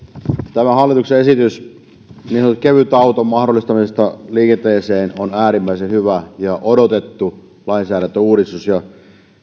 tämä hallituksen esitys niin sanotun kevytauton mahdollistamisesta liikenteeseen on äärimmäisen hyvä ja odotettu lainsäädäntöuudistus